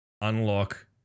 unlock